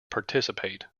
participate